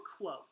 quote